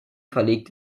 verlegt